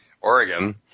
Oregon